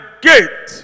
gate